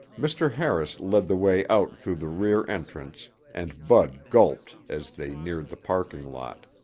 mr. harris led the way out through the rear entrance and bud gulped as they neared the parking lot.